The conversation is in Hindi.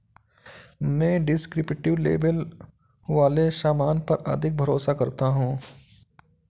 मैं डिस्क्रिप्टिव लेबल वाले सामान पर अधिक भरोसा करता हूं